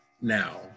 now